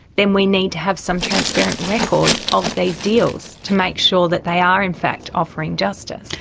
then we need to have some transparent record of these deals to make sure that they are, in fact, offering justice.